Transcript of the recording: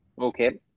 Okay